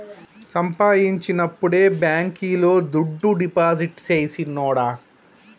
సంపాయించినప్పుడే బాంకీలో దుడ్డు డిపాజిట్టు సెయ్ సిన్నోడా